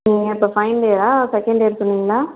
நீங்கள் இப்போ ஃபைனல் இயரா செகண்ட் இயர் சொன்னீங்களா